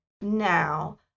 now